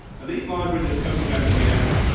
and these libraries have come from mpm.